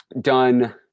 done